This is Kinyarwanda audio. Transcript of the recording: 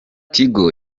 tigo